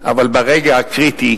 אבל ברגע הקריטי